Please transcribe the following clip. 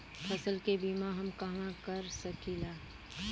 फसल के बिमा हम कहवा करा सकीला?